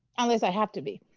unless i have to be.